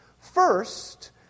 First